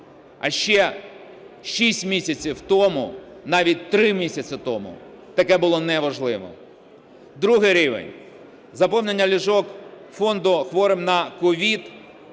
А ще 6 місяців тому, навіть 3 місяці тому, таке було неможливо. Другий рівень. Заповнення ліжок фонду хворих на COVID